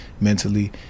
mentally